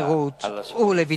לחירות ולביטחון.